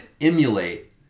emulate